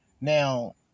Now